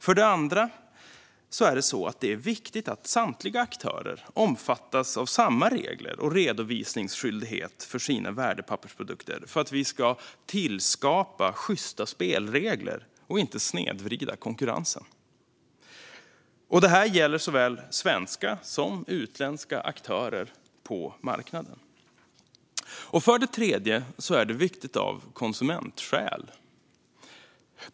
För det andra är det viktigt att samtliga aktörer omfattas av samma regler och redovisningsskyldighet för sina värdepappersprodukter för att vi ska tillskapa sjysta spelregler och inte snedvrida konkurrensen. Det gäller såväl svenska som utländska aktörer på marknaden. För det tredje är det viktigt av konsumentskäl.